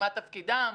מה תפקידם?